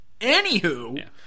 Anywho